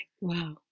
Wow